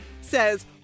says